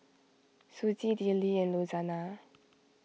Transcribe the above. Susie Dillie and Louanna